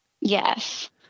Yes